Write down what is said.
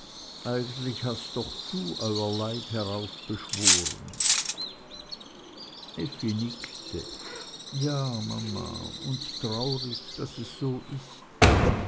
eigentlich hast du doch euer leid heraufbeschworen effi nickte ja mama und traurig daß es so ist